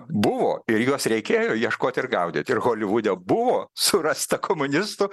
buvo ir juos reikėjo ieškoti ir gaudyti ir holivude buvo surasta komunistų